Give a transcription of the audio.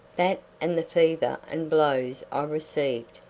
that and the fever and blows i received,